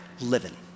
living